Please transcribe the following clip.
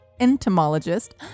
entomologist